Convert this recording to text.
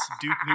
Duke